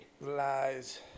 Lies